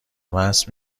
مست